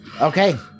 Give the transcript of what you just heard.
Okay